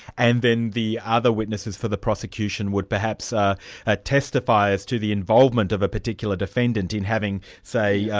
and then the other witnesses for the prosecution would perhaps ah ah testify as to the involvement of a particular defendant in having, say,